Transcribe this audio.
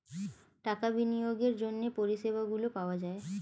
টাকা বিনিয়োগের জন্য পরিষেবাগুলো পাওয়া যায়